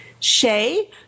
Shay